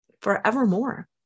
forevermore